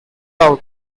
out